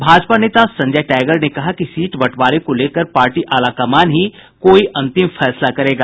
भाजपा नेता संजय टाईगर ने कहा कि सीट बंटवारे को लेकर पार्टी आलाकमान ही कोई अंतिम फैसला करेगा